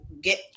get